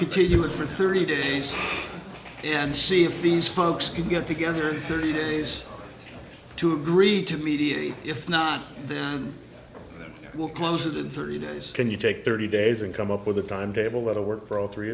continue it for thirty days and see if these folks can get together in thirty days to agree to mediate if not they will close it in thirty days can you take thirty days and come up with a timetable that i work for all three